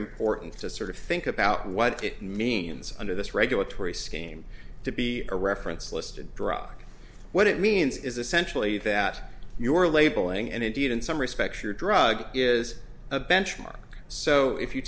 important to sort of think about what it means under this regulatory scheme to be a reference list and drop what it means is essentially that your labeling and indeed in some respects your drug is a benchmark so if you